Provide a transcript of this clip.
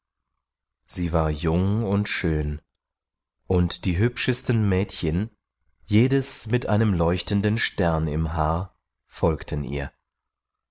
sie war jung und schön und die hübschesten mädchen jedes mit einem leuchtenden stern im haar folgten ihr